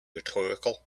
rhetorical